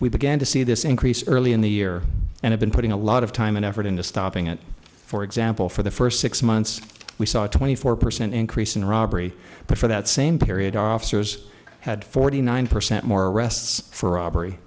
we began to see this increase early in the year and i've been putting a lot of time and effort into stopping it for example for the first six months we saw a twenty four percent increase in robbery but for that same period officers had forty nine percent more arrests for robbery